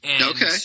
Okay